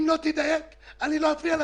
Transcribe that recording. אם תדייק אני לא אפריע לך.